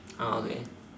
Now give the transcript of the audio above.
okay